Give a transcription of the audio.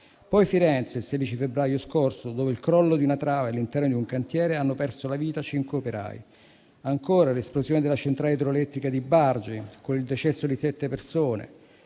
poi Firenze, il 16 febbraio scorso, dove per il crollo di una trave all'interno di un cantiere hanno perso la vita cinque operai; ancora, l'esplosione della centrale idroelettrica di Bargi, con il decesso di sette persone;